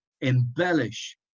embellish